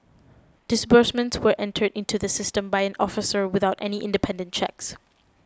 disbursements were entered into the system by an officer without any independent checks